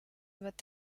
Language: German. wird